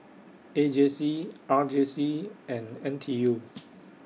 A J C R J C and N T U